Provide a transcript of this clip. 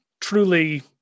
truly